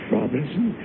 Robinson